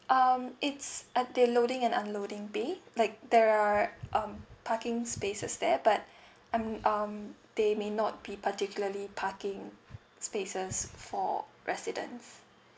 um it's at the loading and unloading bay like there are um parking spaces there but I'm um they may not be particularly parking spaces for residents